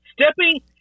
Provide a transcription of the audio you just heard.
Stepping